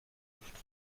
luft